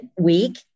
week